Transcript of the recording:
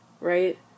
right